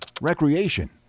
recreation